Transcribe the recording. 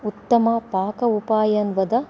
उत्तमपाक उपायान् वद